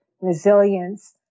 resilience